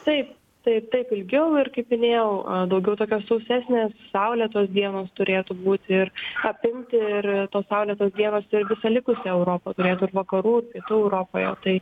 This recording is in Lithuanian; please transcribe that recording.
taip taip taip ilgiau ir kaip minėjau daugiau tokios sausesnės saulėtos dienos turėtų būti ir apimti ir tos saulėtos dienos ir visą likusią europą turėtų ir vakarų europoje tai